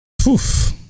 Poof